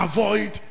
Avoid